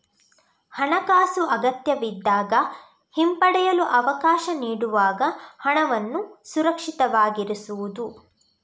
ಹಣಾಕಾಸು ಅಗತ್ಯವಿದ್ದಾಗ ಹಿಂಪಡೆಯಲು ಅವಕಾಶ ನೀಡುವಾಗ ಹಣವನ್ನು ಸುರಕ್ಷಿತವಾಗಿರಿಸುವುದು